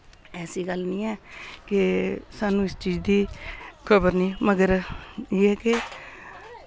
ऐसी गल्ल नि ऐ के सानू इस चीज दी खबर नि मगर एह् ऐ के